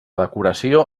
decoració